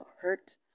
hurt